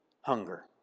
hunger